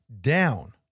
down